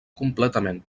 completament